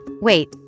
Wait